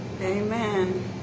Amen